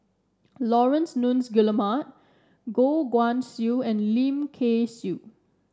Laurence Nunns Guillemard Goh Guan Siew and Lim Kay Siu